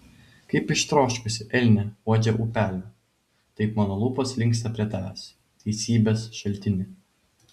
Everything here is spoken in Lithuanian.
kaip ištroškusi elnė uodžia upelio taip mano lūpos linksta prie tavęs teisybės šaltini